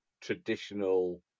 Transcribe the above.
traditional